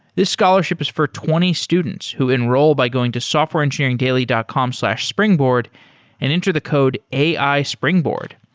this scholarship is for twenty students who enroll by going to softwareengineeringdaily dot com slash springboard and enter the code ai springboard.